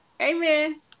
Amen